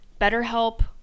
BetterHelp